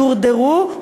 דורדרו,